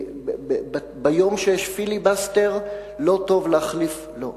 ביום שיש פיליבסטר לא טוב להחליף, לא,